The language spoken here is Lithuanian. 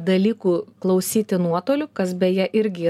dalykų klausyti nuotoliu kas beje irgi